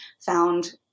found